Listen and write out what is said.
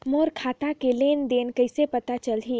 मोर खाता के लेन देन कइसे पता चलही?